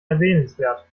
erwähnenswert